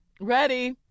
Ready